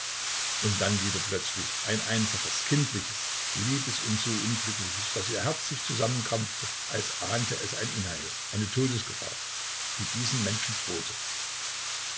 und dann wieder plötzlich ein einfaches kindliches liebes und so unglückliches daß ihr herz sich zusammenkrampfte als ahnte es ein unheil eine todesgefahr die diesem menschen drohte